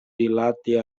rilate